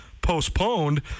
Postponed